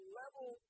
level